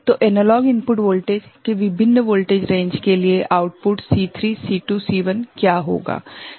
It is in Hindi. तो एनालॉग इनपुट वोल्टेज के विभिन्न वोल्टेज रेंज के लिए आउटपुट C3 C2 C1 क्या होगा